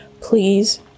please